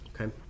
Okay